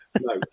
no